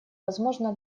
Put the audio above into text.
возможно